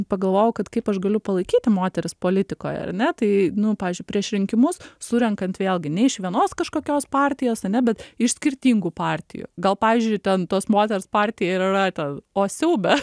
pagalvojau kad kaip aš galiu palaikyti moteris politikoje ar ne tai nu pavyzdžiui prieš rinkimus surenkant vėlgi ne iš vienos kažkokios partijos ane bet iš skirtingų partijų gal pavyzdžiui ten tos moters partija ir yra ta o siaube